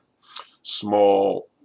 small